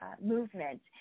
Movement